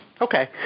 okay